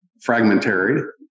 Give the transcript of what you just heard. fragmentary